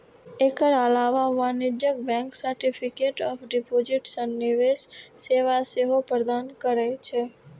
एकर अलावे वाणिज्यिक bank certificate of deposit सन निवेश सेवा सेहो प्रदान करै छै